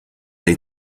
dei